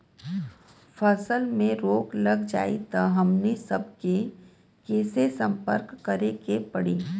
फसल में रोग लग जाई त हमनी सब कैसे संपर्क करें के पड़ी?